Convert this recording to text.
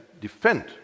defend